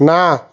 না